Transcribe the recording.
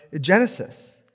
Genesis